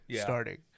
starting